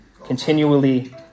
continually